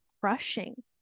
crushing